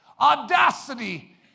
Audacity